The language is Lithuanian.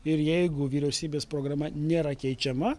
ir jeigu vyriausybės programa nėra keičiama